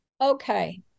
Okay